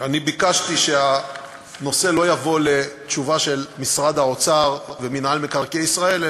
אני ביקשתי שהנושא לא יבוא לתשובה של משרד האוצר ומינהל מקרקעי ישראל,